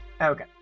Okay